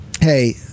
Hey